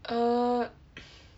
err